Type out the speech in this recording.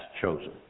chosen